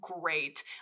great